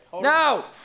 No